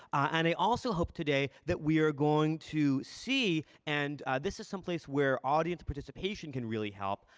and i also hope today that we are going to see, and this is some place where audience participation can really help,